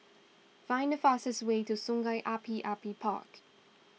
find the fastest way to Sungei Api Api Park